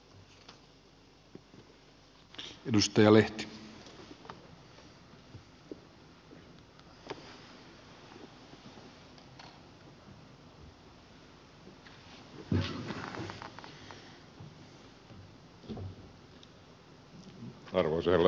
arvoisa herra puhemies